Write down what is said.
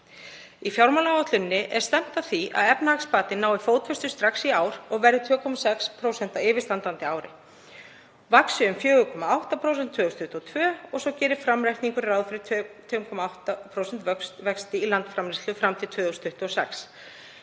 Í fjármálaáætluninni er stefnt að því að efnahagsbatinn nái fótfestu strax í ár og verði 2,6% á yfirstandandi ári, vaxi um 4,8% 2022 og svo gerir framreikningurinn ráð fyrir 2,8% vexti í landsframleiðslu fram til 2026.